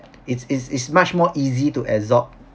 it's it's it's much more easy to absorb